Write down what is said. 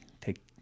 take